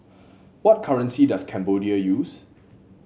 what currency does Cambodia use